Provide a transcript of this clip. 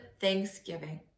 thanksgiving